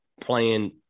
playing